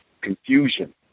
confusion